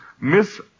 Miss